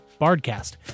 Bardcast